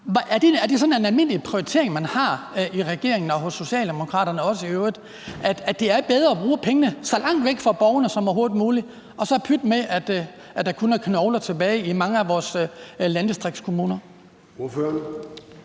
Er det sådan en almindelig prioritering, man har i regeringen og også hos Socialdemokraterne i øvrigt, at det er bedre at bruge pengene så langt væk fra borgerne som overhovedet muligt – og så pyt med, at der kun er knogler tilbage i mange af vores landdistriktskommuner?